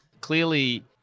clearly